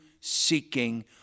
seeking